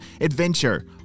adventure